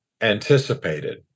anticipated